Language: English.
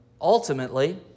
Ultimately